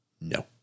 No